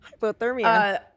hypothermia